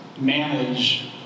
manage